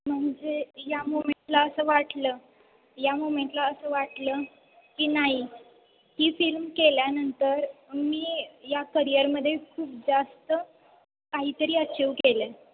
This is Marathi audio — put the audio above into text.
म्हणजे या मुमेंटला असं वाटलं या मुमेंटला असं वाटलं की नाही ही फिल्म केल्यानंतर मी या करियरमध्ये खूप जास्त काहीतरी अचिव्ह केलं आहे